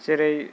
जेरै